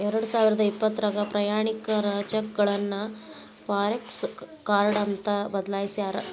ಎರಡಸಾವಿರದ ಇಪ್ಪತ್ರಾಗ ಪ್ರಯಾಣಿಕರ ಚೆಕ್ಗಳನ್ನ ಫಾರೆಕ್ಸ ಕಾರ್ಡ್ ಅಂತ ಬದಲಾಯ್ಸ್ಯಾರ